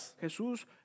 Jesús